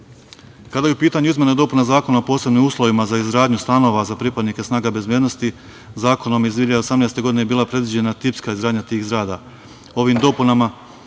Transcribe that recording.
je u pitanju izmena i dopuna Zakona o posebnim uslovima za izgradnju stanova za pripadnike snaga bezbednosti, Zakonom iz 2018. godine bila je predviđena tipska izgradnja tih zgrada.